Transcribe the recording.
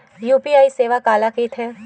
UPI सेवा काला कइथे?